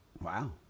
Wow